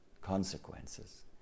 consequences